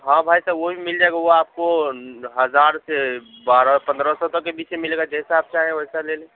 ہاں بھائی صاحب وہ بھی مل جائے گا وہ آپ کو ہزار سے بارہ پندرہ سو تک کے بیچ میں ملے گا جیسا آپ چاہیں ویسا لے لیں